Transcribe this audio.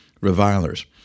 revilers